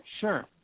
sure